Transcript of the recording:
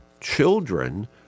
children